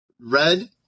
Red